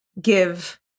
give